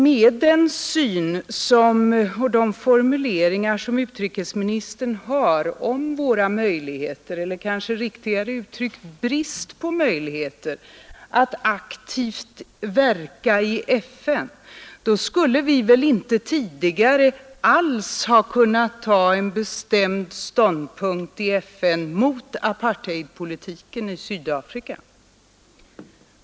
Med den syn som utrikesministern har på våra möjligheter — eller kanske riktigare uttryckt brist på möjligheter — att aktivt verka i FN skulle vi väl inte tidigare alls ha kunnat ta en bestämd ståndpunkt i FN mot apartheidpolitiken i Sydafrika.